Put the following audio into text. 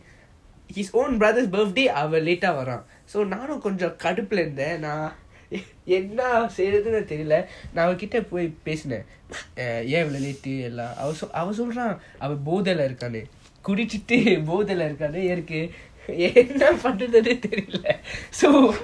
his own brother birthday அவன்:avan late eh வரன்:varan so நானும் கொஞ்சம் கடுப்பாளா இருந்தான் நான் என்ன செய்றதுன்னு தெரில நான் அவன் கிட்ட பொய் பேசுனன் ஏன் இவ்ளோ:naanum konjam kadupala irunthan naan enna seirathunu terila naan avan kita poi peasunan yean ivlo late eh எல்லாம் அவன் சொல்றன் அவன் போதைல இருக்கானு குடிச்சிட்டு பாஹேலா இருக்கானு என்னக்கு என்ன பண்றதுனே தெரில:ellam avan solran avan bothaila irukaanu kudichitu bohaila irukanu ennaku enna panrathuney terila so